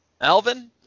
Alvin